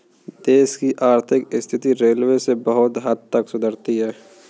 देश की आर्थिक स्थिति रेलवे से बहुत हद तक सुधरती है